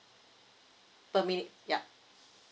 per minute ya